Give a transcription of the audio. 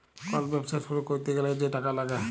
call ব্যবছা শুরু ক্যইরতে গ্যালে যে টাকা ল্যাগে